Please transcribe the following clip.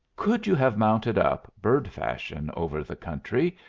could you have mounted up bird-fashion over the country,